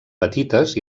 petites